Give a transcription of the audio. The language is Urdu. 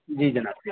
جی جناب